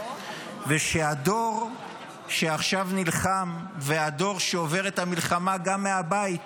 ושהדור שעכשיו נלחם והדור שעובר את המלחמה גם מהבית,